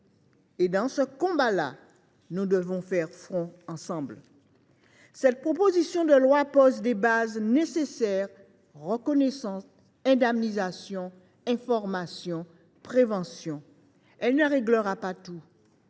et, dans ce combat là, nous devons faire front ensemble. Cette proposition de loi pose des bases nécessaires : reconnaissance, indemnisation, information, prévention. Elle ne réglera pas tout.